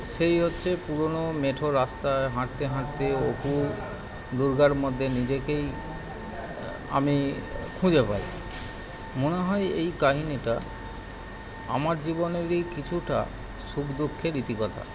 সেই হচ্ছে পুরনো মেঠো রাস্তায় হাঁটতে হাঁটতে অপু দুর্গার মধ্যে নিজেকেই আমি খুঁজে পাই মনে হয় এই কাহিনীটা আমার জীবনেরই কিছুটা সুখদুঃখের ইতিকথা